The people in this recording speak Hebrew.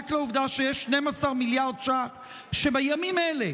רק לעובדה שיש כ-12 מיליארדי שקלים שבימים אלה